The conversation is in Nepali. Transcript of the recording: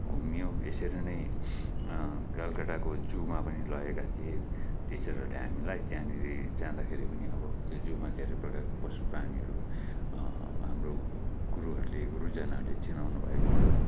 घुम्यो यसरी नै कलकत्ताको जूमा पनि लगेका थिए टिचरहरूले हामीलाई त्यहाँनिर जादाँखेरि पनि अब त्यो जूमा धेरै प्रकारको पशुप्राणीहरू हाम्रो गुरुहरूले गुरुजनहरूले चिनाउनु भएको थियो